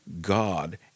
God